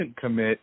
commit